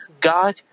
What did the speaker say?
God